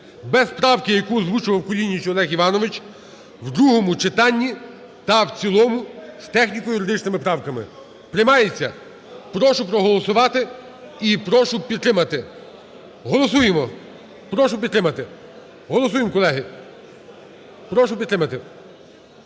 без правки, яку озвучував Кулініч Олег Іванович, в другому читанні та в цілому з техніко-юридичними правками. Приймається? Прошу проголосувати і прошу підтримати. Голосуємо. Прошу підтримати. Голосуємо, колеги. Прошу підтримати.